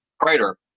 Crater